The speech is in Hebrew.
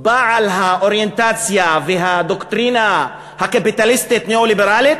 בעל האוריינטציה והדוקטרינה הקפיטליסטית הניאו-ליברלית,